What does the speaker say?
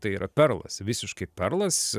tai yra perlas visiškai perlas